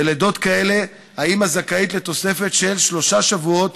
בלידות כאלה האימא זכאית לתוספת של שלושה שבועות